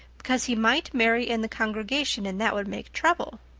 because he might marry in the congregation and that would make trouble.